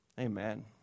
Amen